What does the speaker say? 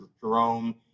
Jerome